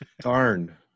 Darn